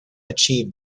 achieved